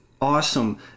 awesome